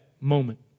Moment